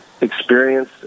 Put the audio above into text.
experience